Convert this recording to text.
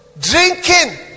Drinking